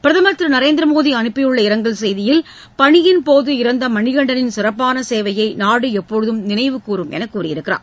பிரதமர் திரு நரேந்திரமோடி அனுப்பியுள்ள இரங்கல் செய்தியில் பனியின் போது இறந்த மணிகண்டனின் சிறப்பான சேவையை நாடு எப்போதும் நினைவு கூரும் என்று தெரிவித்துள்ளார்